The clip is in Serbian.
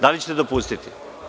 Da li ćete dopustiti?